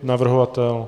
Navrhovatel?